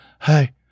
Hey